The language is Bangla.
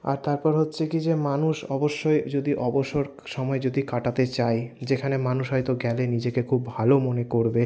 আর তারপর হচ্ছে কী যে মানুষ অবশ্যই যদি অবসর সময় যদি কাটাতে চায় যেখানে মানুষ হয়তো গেলে নিজেকে খুব ভালো মনে করবে